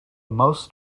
most